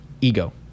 ego